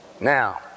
Now